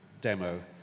demo